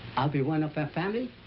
i'll be one of the family?